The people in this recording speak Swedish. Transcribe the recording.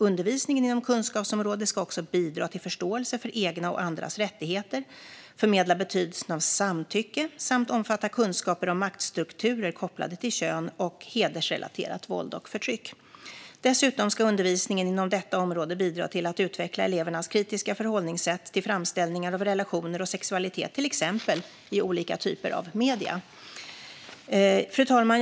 Undervisningen inom kunskapsområdet ska också bidra till förståelse för egna och andras rättigheter, förmedla betydelsen av samtycke samt omfatta kunskaper om maktstrukturer kopplade till kön och hedersrelaterat våld och förtryck. Dessutom ska undervisningen inom detta område bidra till att utveckla elevernas kritiska förhållningssätt till framställningar av relationer och sexualitet, till exempel i olika typer av medier. Fru talman!